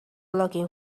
looking